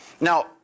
Now